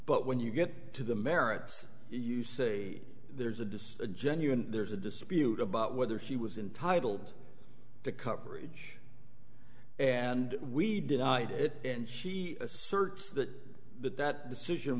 but when you get to the merits you say there's a distant genuine there's a dispute about whether she was in titled the coverage and we denied it and she asserts that that that decision